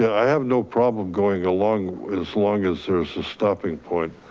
i have no problem going along as long as there's a stopping point.